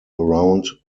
around